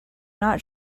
not